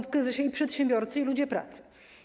W kryzysie są przedsiębiorcy i ludzie pracy.